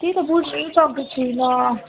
त्यही त बुझ्न सकेको छुइनँ